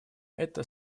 это